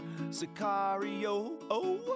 sicario